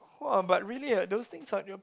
!wah! but really ah those things are on your